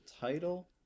title